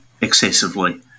excessively